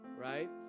Right